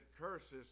curses